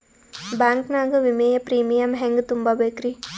Bank ನಾಗ ವಿಮೆಯ premium ಹೆಂಗ್ ತುಂಬಾ ಬೇಕ್ರಿ?